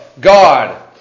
God